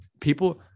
People